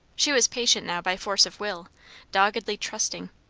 she was patient now by force of will doggedly trusting.